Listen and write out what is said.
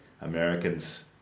Americans